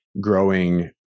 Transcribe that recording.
growing